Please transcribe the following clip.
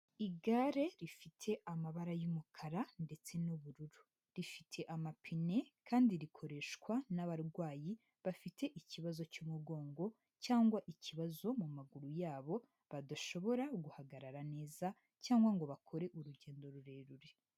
Igare rifite amabara y'umukara ndetse n'ubururu rifite amapine kandi rikoreshwa n'abarwayi bafite ikibazo cy'umugongo cyangwa ikibazo mu maguru yabo badashobora guhagarara neza cyangwa ngo bakore urugendo rurerure.